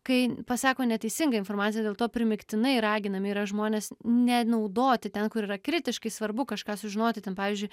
kai pasako neteisingą informaciją dėl to primygtinai raginami yra žmonės nenaudoti ten kur yra kritiškai svarbu kažką sužinoti ten pavyzdžiui